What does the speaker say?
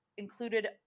Included